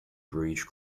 bridge